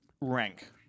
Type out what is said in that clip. Rank